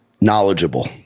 Knowledgeable